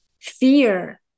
fear